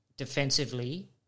defensively